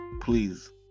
Please